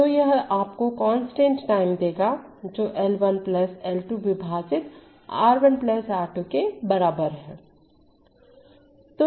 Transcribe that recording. तो यह आपको कांस्टेंट टाइम देगा जो L1 L 2 विभाजित R 1 R 2 के बराबर है